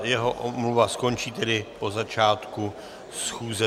Jeho omluva skončí tedy po začátku 31. schůze.